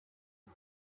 ubu